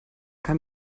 kann